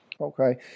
Okay